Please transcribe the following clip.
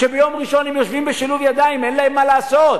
כשביום ראשון הם יושבים בשילוב ידיים ואין להם מה לעשות,